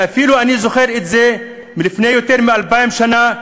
ואפילו אני זוכר את זה מלפני יותר מ-2,000 שנה,